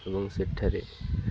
ଏବଂ ସେଠାରେ